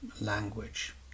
language